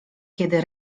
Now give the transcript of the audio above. kiedy